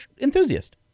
enthusiast